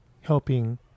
helping